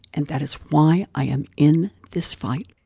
and that is why i am in this fight